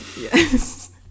Yes